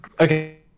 Okay